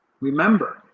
Remember